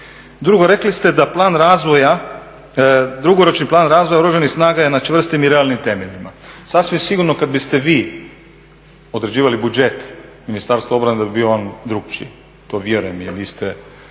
Drugo, rekli ste da dugoročni plan razvoja Oružanih snaga je na čvrstim i realnim temeljima. Sasvim sigurno kada biste vi određivali budžet Ministarstva obrane da bi bio drukčiji, to vjerujem jer vi ste